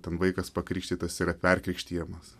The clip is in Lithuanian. ten vaikas pakrikštytas yra perkrikštijamas